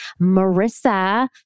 Marissa